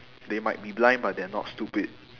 they might be blind but they're not stupid